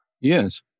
Yes